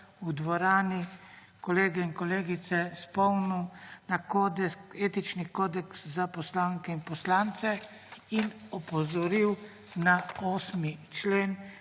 v dvorani kolege in kolegice spomnil na etični kodeks za poslanke in poslance in opozoril na 8. člen,